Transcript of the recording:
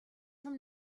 from